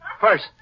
First